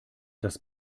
das